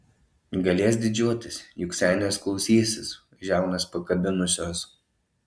galės didžiuotis juk senės klausysis žiaunas pakabinusios